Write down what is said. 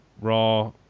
Raw